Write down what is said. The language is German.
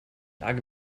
lage